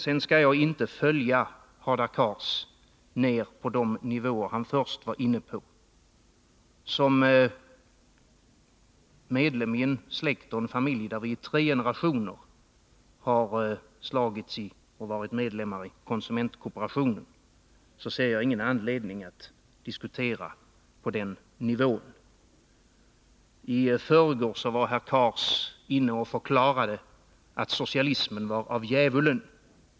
Jag skall sedan inte följa Hadar Cars ner på de nivåer han först var inne på. Som medlem i en familj där vi i tre generationer varit medlemmar i konsumentkooperationen ser jag ingen anledning att diskutera på den nivån. I förrgår var herr Cars inne och förklarade att socialismen var av djävulen.